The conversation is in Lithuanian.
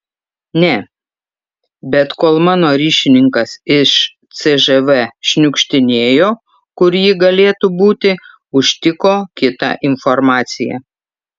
ne bet kol mano ryšininkas iš cžv šniukštinėjo kur ji galėtų būti užtiko kitą informaciją